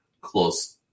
Close